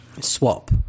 swap